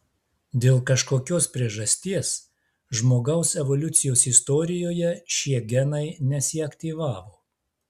dėl kažkokios priežasties žmogaus evoliucijos istorijoje šie genai nesiaktyvavo